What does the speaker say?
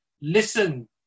listen